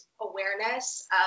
awareness